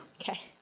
Okay